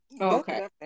Okay